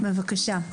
בבקשה.